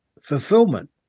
fulfillment